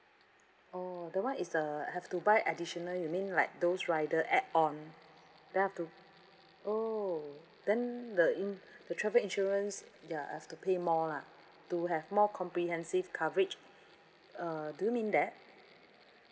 oh that [one] is uh I have to buy additional you mean like those rider add on then I have to oh then the in the travel insurance ya I have to pay more lah to have more comprehensive coverage uh do you mean that